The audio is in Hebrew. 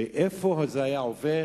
ולאיפה זה היה עובר?